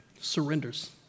surrenders